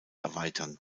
erweitern